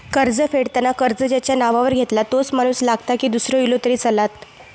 कर्ज फेडताना कर्ज ज्याच्या नावावर घेतला तोच माणूस लागता की दूसरो इलो तरी चलात?